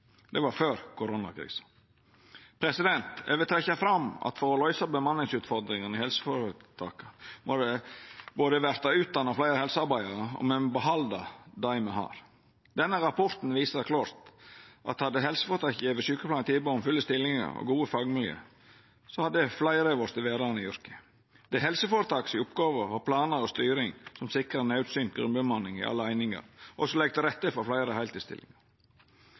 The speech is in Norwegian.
Det var før koronakrisa. Eg vil trekkja fram at for å løysa utfordringane med bemanning i helseføretaka må det utdannast fleire helsearbeidarar, og me må behalda dei me har. Denne rapporten viser klart at hadde helseføretaka gjeve sjukepleiarane tilbod om fulle stillingar og gode fagmiljø, hadde fleire vorte verande i yrket. Det er helseføretaka si oppgåve å ha planar og styring som sikrar naudsynt grunnbemanning i alle einingar, og å leggja til rette for fleire heiltidsstillingar.